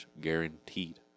guaranteed